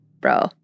bro